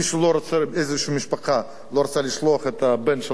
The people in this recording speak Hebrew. משפחה שלא רוצה לשלוח את הבן שלה לצבא,